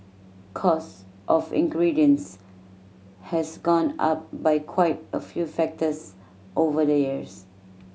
cost of ingredients has gone up by quite a few factors over the years